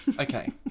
okay